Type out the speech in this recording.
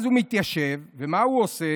אז הוא מתיישב, ומה הוא עושה?